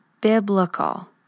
biblical